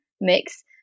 mix